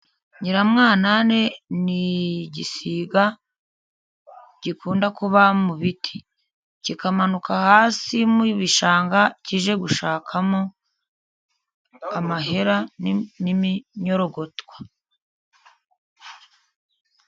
Nyiramwanane n'igisiga gikunda kuba mu biti, kikamanuka hasi mu bishanga kije gushakamo amahera n'iminyorogotwe.